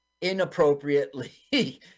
inappropriately